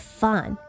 fun